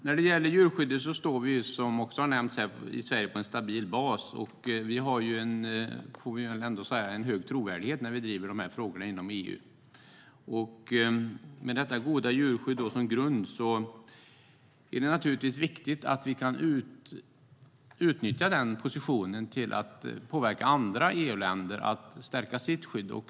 När det gäller djurskyddet står vi i Sverige på en stabil bas. Vi har hög trovärdighet när vi driver dessa frågor inom EU. Med det goda djurskyddet som grund är det naturligtvis viktigt att vi utnyttjar den positionen till att påverka andra EU-länder att stärka sitt djurskydd.